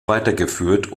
weitergeführt